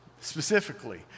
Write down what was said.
specifically